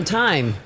time